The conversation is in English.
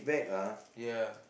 ya